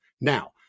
Now